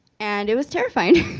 and it was terrifying.